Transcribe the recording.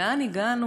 לאן הגענו?